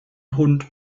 hund